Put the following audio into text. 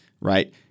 right